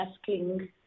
asking